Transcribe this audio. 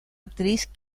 actriz